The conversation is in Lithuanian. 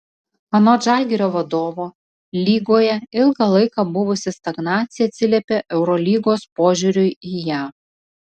anot žalgirio vadovo lygoje ilgą laiką buvusi stagnacija atsiliepė eurolygos požiūriui į ją